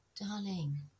Darling